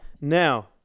Now